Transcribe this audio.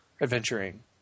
adventuring